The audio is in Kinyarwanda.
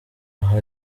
aha